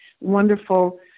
wonderful